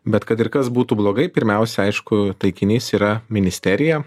bet kad ir kas būtų blogai pirmiausia aišku taikinys yra ministerija